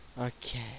Okay